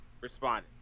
responded